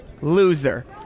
loser